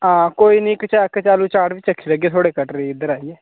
हां कोई नी कचा कचालू चाट बी चक्खी लैगे थुआढ़े कटरे दी इद्धर आइयै